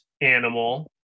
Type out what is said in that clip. animal